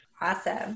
Awesome